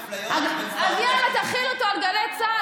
החוק חל גם על גלי צה"ל?